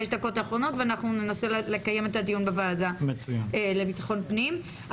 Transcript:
דקות האחרונות ואנחנו ננסה לקיים את הדיון בוועדה לביטחון פנים.